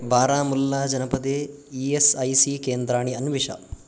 बारामुल्ला जनपदे E S I C केन्द्राणि अन्विष